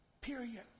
Period